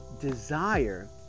desire